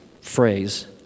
phrase